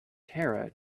tara